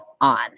on